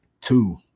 Two